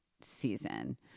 season